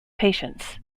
patients